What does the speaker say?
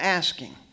asking